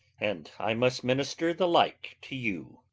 and i must minister the like to you.